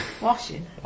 Washing